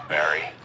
Barry